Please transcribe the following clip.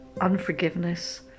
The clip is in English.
unforgiveness